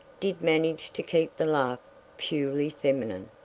did manage to keep the laugh purely feminine.